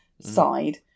side